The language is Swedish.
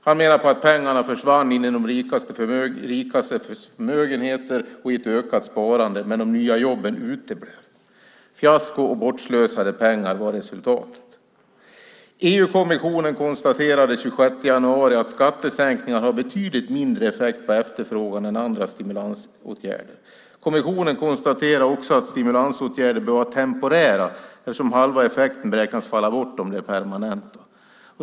Han menar att pengarna försvann in i de rikastes förmögenheter och i ett ökat sparande, men de nya jobben uteblev. Fiasko och bortslösade pengar var resultatet. EU-kommissionen konstaterade den 26 januari att skattesänkningar har betydligt mindre effekt på efterfrågan än andra stimlansåtgärder. Kommissionen konstaterar också att stimulansåtgärder bör vara temporära, eftersom halva effekten beräknas falla bort om de är permanenta.